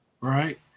right